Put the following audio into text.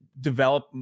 develop